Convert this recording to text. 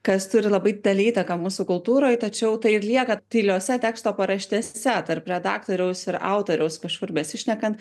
kas turi labai didelę įtaką mūsų kultūroj tačiau tai ir lieka tyliuose teksto paraštėse tarp redaktoriaus ir autoriaus kažkur besišnekant